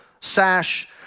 sash